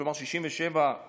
כלומר 67 לגברים,